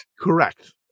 correct